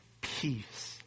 peace